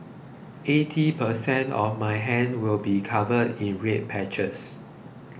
eighty per cent of my hand will be covered in red patches